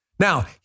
Now